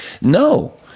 No